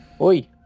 Oi